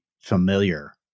familiar